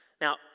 Now